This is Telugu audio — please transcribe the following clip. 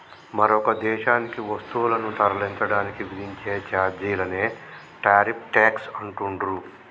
మరొక దేశానికి వస్తువులను తరలించడానికి విధించే ఛార్జీలనే టారిఫ్ ట్యేక్స్ అంటుండ్రు